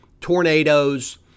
tornadoes